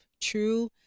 true